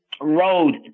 road